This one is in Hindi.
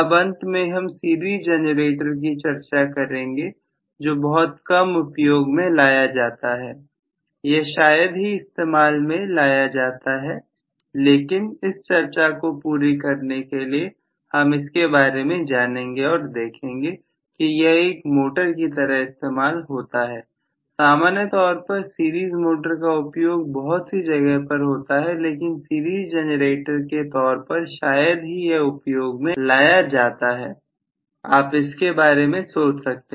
अब अंत में हम सीरीज जनरेटर की चर्चा करेंगे जो बहुत कम उपयोग में लाया जाता है यह शायद ही इस्तेमाल में लाया जाता है लेकिन इस चर्चा को पूरी करने के लिए हम इसके बारे में जानेंगे और देखेंगे कि यह एक मोटर की तरह इस्तेमाल होता हैसामान्य तौर पर सीरीज मोटर का उपयोग बहुत सी जगह पर होता है लेकिन सीरीज जनरेटर के तौर पर शायद ही यह उपयोग में लाया जाता है आप इसके बारे में सोच सकते हैं